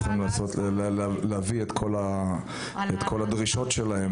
כל הדרישות שלהם,